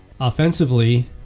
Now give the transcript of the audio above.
Offensively